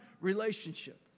relationship